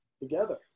together